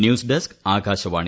news desk Akashvani